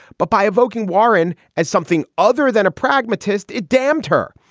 but by evoking warren as something other than a pragmatist, it damned her.